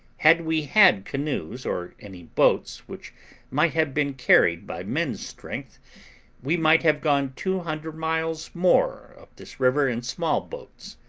had we had canoes or any boats which might have been carried by men's strength we might have gone two hundred miles more up this river in small boats,